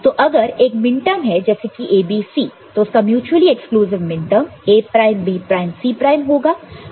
तो अगर एक मिनटर्म है जैसे कि A B C तो उसका mutually exclusive minterm A prime B prime C prime होगा